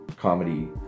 comedy